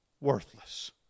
worthless